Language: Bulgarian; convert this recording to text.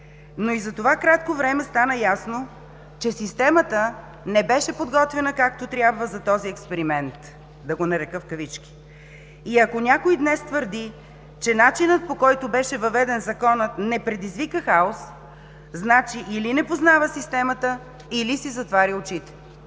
Но и за това кратко време стана ясно, че системата не беше подготвена както трябва за този „експеримент“, да го нарека в кавички. И ако някой днес твърди, че начинът, по който беше въведен Законът, не предизвика хаос, значи или не познава системата, или си затваря очите.